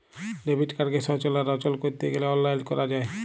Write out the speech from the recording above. debit কাড়কে সচল আর অচল ক্যরতে গ্যালে অললাইল ক্যরা যায়